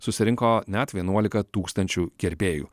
susirinko net vienuolika tūkstančių gerbėjų